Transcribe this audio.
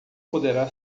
poderá